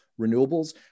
renewables